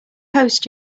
post